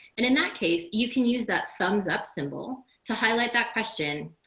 and in that case, you can use that thumbs up symbol to highlight that question.